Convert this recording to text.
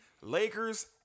Lakers